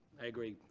i agree.